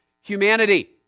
humanity